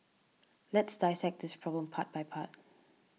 let's dissect this problem part by part